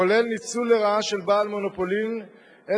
כולל ניצול לרעה של בעל מונופולין את